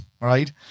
right